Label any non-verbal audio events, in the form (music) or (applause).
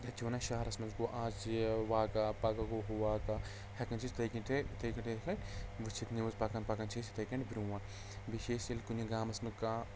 تَتہِ چھِ وَنان شہرَس منٛز گوٚو آز یہِ واقعہ پَگاہ گوٚو ہُہ واقعہ ہٮ۪کان چھِ أسۍ (unintelligible) وٕچھتھ نِوٕز پَکان پَکان چھِ أسۍ یِتھَے کَنۍ برٛونٛٹھ بیٚیہِ چھِ أسۍ ییٚلہِ کُنہِ گامَس منٛز کانٛہہ